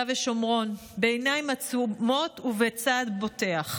ושומרון בעיניים עצומות ובצעד בוטח.